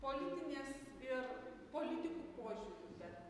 politinės ir politikų požiūriu bet